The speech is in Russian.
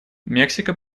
мексика